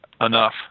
enough